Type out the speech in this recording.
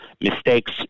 mistakes